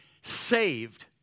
saved